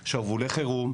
שרוולי חירום,